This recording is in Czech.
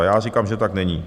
Já říkám, že to tak není.